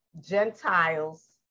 Gentiles